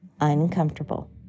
uncomfortable